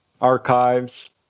archives